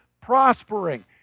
prospering